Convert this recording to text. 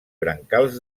brancals